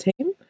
team